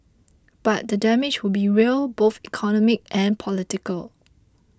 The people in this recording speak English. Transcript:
but the damage would be real both economic and political